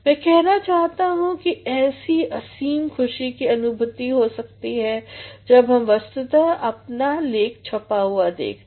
मैं कहना चाहता हूँ कि ऐसी असीम ख़ुशी की अनुभूति हो सकती है जब हम वस्तुतः अपना लेख छपा हुआ देखते